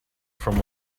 from